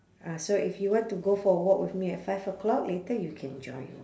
ah so if you want to go for a walk with me at five o'clock later you can join